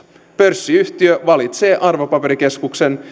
pörssiyhtiö valitsee arvopaperikeskuksen